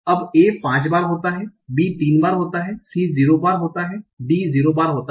अब ए 5 बार होता हैं बी 3 बार होता है सी 0 बार होता है डी 0 बार होता है